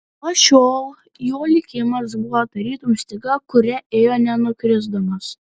nuo šiol jo likimas buvo tarytum styga kuria ėjo nenukrisdamas